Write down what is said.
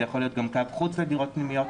זה יכול להיות גם קו חוץ לדירות פנימיות.